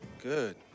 Good